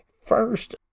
First